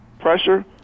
pressure